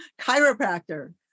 chiropractor